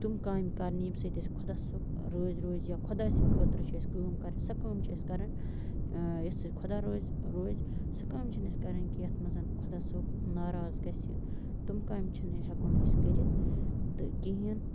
تِم کامہِ کَرنہِ ییٚمہِ سۭتۍ اَسہِ خۄدا صٲب رٲزۍ روزِ یا خۄداے سٕنٛدۍ خٲطرٕ چھِ أسۍ کٲم کَرٕنۍ سۄ کٲم چھِ اَسہِ کَرٕنۍ یَتھ سۭتۍ خۄدا روزِ روزِ سُہ کٲم چھِنہٕ اَسہِ کَرٕنۍ کہِ یَتھ منٛز خۄدا صٲب ناراض گژھِ تِم کامہِ چھِنہٕ ہٮ۪کو نہٕ أسۍ کٔرِتھ تہٕ کِہیٖنۍ